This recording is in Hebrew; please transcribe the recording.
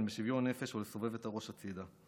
בשוויון נפש או לסובב את הראש הצידה.